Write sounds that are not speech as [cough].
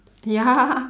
ya [laughs]